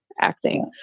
acting